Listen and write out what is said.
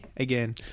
again